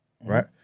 Right